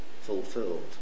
fulfilled